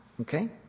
Okay